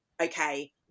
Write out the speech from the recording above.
okay